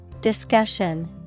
Discussion